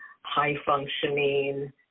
high-functioning